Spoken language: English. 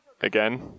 again